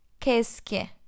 Keski